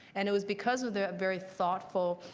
and it was because of that very thoughtful,